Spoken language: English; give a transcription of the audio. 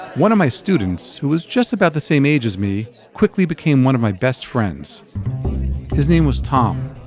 one of my students, who was just about the same age as me, quickly became one of my best friends his name was tom.